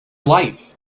life